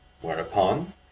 whereupon